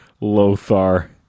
Lothar